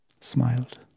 smiled